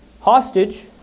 hostage